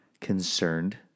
concerned